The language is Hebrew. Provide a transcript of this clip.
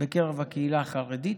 בקרב הקהילה החרדית,